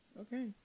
Okay